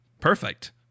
perfect